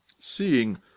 Seeing